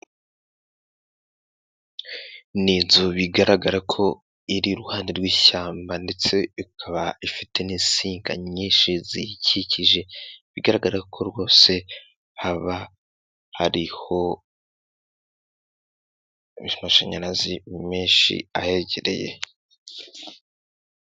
Ni inzu bigaragara ko iri iruhande rw'ishyamba ndetse ikaba ifite n'insinga nyinshi ziyikikije bigaragara ko rwose haba hariho amashanyarazi menshi ahegereye.